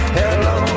hello